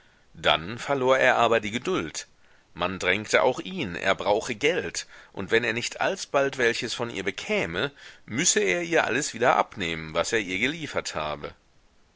dann verlor er aber die geduld man dränge auch ihn er brauche geld und wenn er nicht alsbald welches von ihr bekäme müsse er ihr alles wieder abnehmen was er ihr geliefert habe